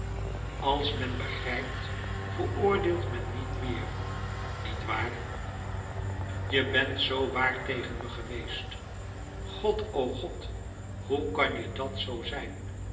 als men begrijpt veroordeelt men niet meer niet waar je bent zoo waar tegen me geweest god o god hoe kan je dat zoo zijn